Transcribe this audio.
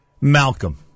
Malcolm